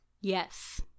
Yes